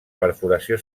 perforació